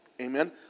Amen